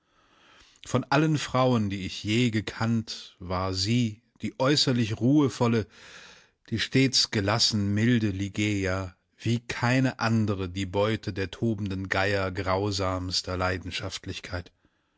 von allen frauen die ich je gekannt war sie die äußerlich ruhevolle die stets gelassen milde ligeia wie keine andre die beute der tobenden geier grausamster leidenschaftlichkeit